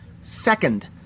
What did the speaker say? second